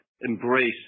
embrace